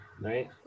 right